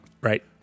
Right